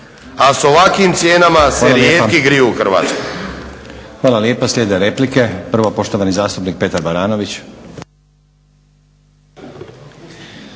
A s ovakvim cijenama se rijetki griju u Hrvatskoj.